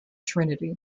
trinity